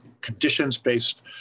conditions-based